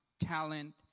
talent